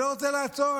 אני לא רוצה לעצור,